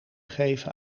geven